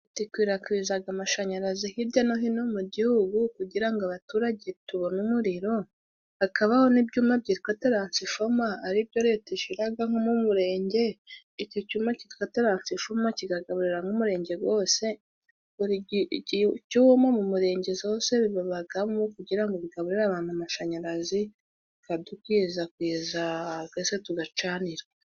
Gikwirakwizaga amashanyarazi hirya no hino mu gihugu kugira ngo abaturage tubone umuriro, hakabaho n'ibyuma byitwa taransifoma ari byo leta ishiraga nko mu murenge icyo cyuma kitwa taransifoma kigagaburira nk'umurenge gwose, icyuma mu murenge zose bibagamo kugira ngo bigaburira abantu amashanyarazi bikadukwizakwiza twese tugacanira.